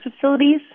facilities